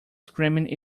screaming